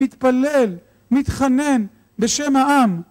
מתפלל, מתחנן בשם העם.